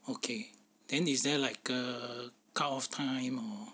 okay then is there like a cutoff time or